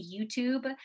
YouTube